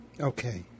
Okay